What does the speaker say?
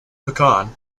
pecan